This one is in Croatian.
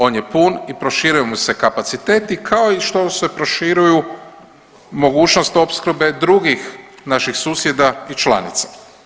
On je pun i proširuju mu se kapaciteti, kao što se proširuju mogućnost opskrbe drugih naših susjeda i članica.